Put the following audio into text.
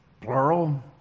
plural